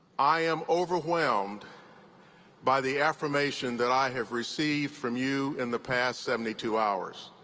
i am overwhelmed by the affirmation that i have received from you in the past seventy two hours.